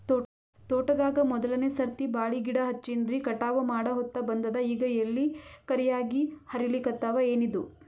ತೋಟದಾಗ ಮೋದಲನೆ ಸರ್ತಿ ಬಾಳಿ ಗಿಡ ಹಚ್ಚಿನ್ರಿ, ಕಟಾವ ಮಾಡಹೊತ್ತ ಬಂದದ ಈಗ ಎಲಿ ಕರಿಯಾಗಿ ಹರಿಲಿಕತ್ತಾವ, ಏನಿದು?